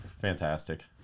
Fantastic